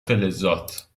فلزات